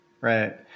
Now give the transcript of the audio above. Right